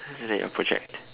isn't that your project